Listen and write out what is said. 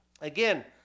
Again